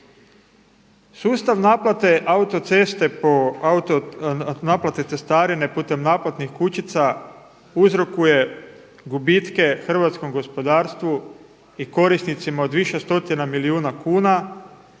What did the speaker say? Sustav naplate autoceste po, naplate cestarine putem naplatnih kućica uzrokuje gubitke hrvatskom gospodarstvu i korisnicima od više stotina milijuna kuna